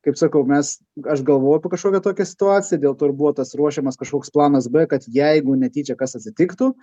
kaip sakau mes aš galvojau apie kažkokią tokią situaciją dėl to ir buvo tas ruošiamas kažkoks planas b kad jeigu netyčia kas atsitiktų